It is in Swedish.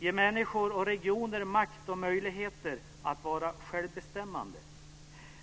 Människor och regioner ska få makt och möjligheter att vara självbestämmande.